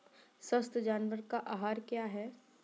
स्वस्थ जानवर का आहार क्या है?